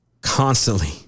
constantly